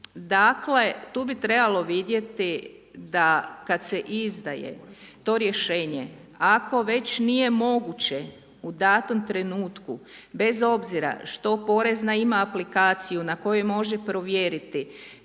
Dakle, tu bi trebalo vidjeti da kad se izdaje to rješenje, ako već nije moguće u datom trenutku bez obzira što porezna ima aplikaciju na kojoj može provjeriti